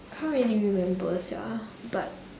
can't really remember Sia but